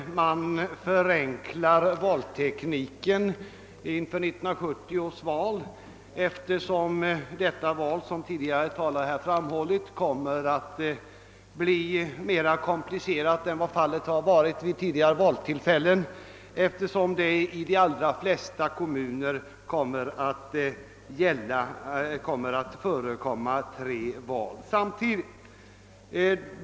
Herr talman! Man får med glädje hälsa det förhållandet att valtekniken förenklas inför 1970 års val, eftersom detta val, som tidigare talare här framhållit, kommer att bli mera komplicerat än tidigare val. 1970 kommer nämligen i de flesta kommuner tre val att samtidigt äga rum.